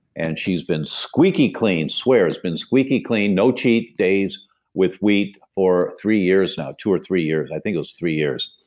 and she's been squeaky clean, i swear, has been squeaky clean no cheat days with wheat for three years now, two or three years, i think it was three years.